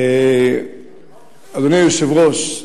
אדוני היושב-ראש,